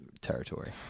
territory